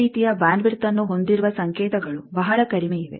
ಈ ರೀತಿಯ bandwidth ಅನ್ನು ಹೊಂದಿರುವ ಸಂಕೇತಗಳು ಬಹಳ ಕಡಿಮೆ ಇವೆ